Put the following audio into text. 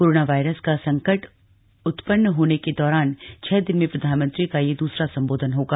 corona virus का संकट उत्पन्न होने के दौरान छह दिन में प्रधानमंत्री का यह दूसरा संबोधन होगा